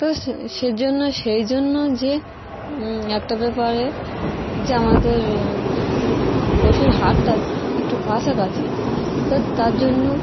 তো সে সে জন্য সেই জন্য যে একটা ব্যাপারে যে আমাদের পশুর হারটা একটু কাছাকাছি তো তার জন্য